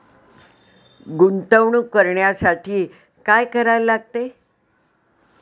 गुंतवणूक करण्यासाठी काय करायला लागते?